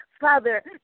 Father